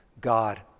God